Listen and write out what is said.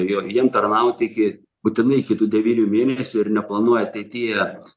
jo jiem tarnaut iki būtinai iki tų devynių mėnesių ir neplanuoja ateityje